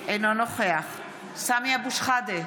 אינו נוכח סמי אבו שחאדה,